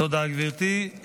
תודה, גברתי.